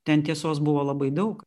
ten tiesos buvo labai daug